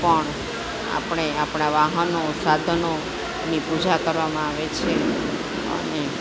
પણ આપણે આપણાં વાહનો સાધનોની પૂજા કરવામાં આવે છે અને